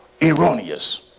erroneous